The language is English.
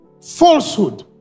falsehood